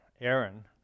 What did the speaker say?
Aaron